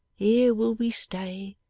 here will we stay,